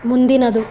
ಮುಂದಿನದು